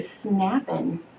snapping